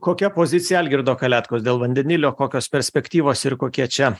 kokia pozicija algirdo kaletkos dėl vandenilio kokios perspektyvos ir kokie čia